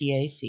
PAC